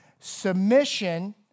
submission